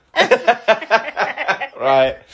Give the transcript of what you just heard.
Right